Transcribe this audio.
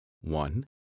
one